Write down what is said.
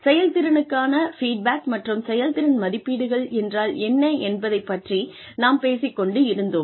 செயல்திறனுக்கான ஃபீட்பேக் மற்றும் செயல்திறன் மதிப்பீடுகள் என்றால் என்ன என்பதை பற்றி நாம் பேசிக் கொண்டிருந்தோம்